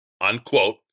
unquote